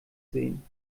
sehen